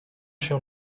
się